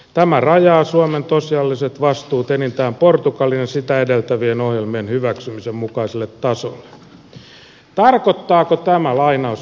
tämä rajaa suomen tosiasialliset vastuut enintään portugalin ja sitä edeltävien ohjelmien hyväksymisen mukaiselle tasolle